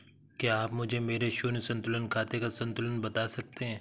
क्या आप मुझे मेरे शून्य संतुलन खाते का संतुलन बता सकते हैं?